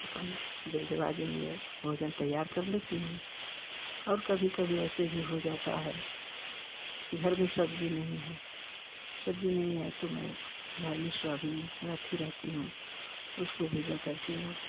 अपन जल्दबाजी में ये भोजन तैयार कर लेती हूँ और कभी कभी ऐसे भी हो जाता है घर में सब्ज़ी नहीं है सब्ज़ी नहीं है तो मैं घर में श्वाबीन रखी रहती हूँ उसको भिगा कर के और